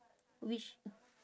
wish